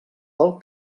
pel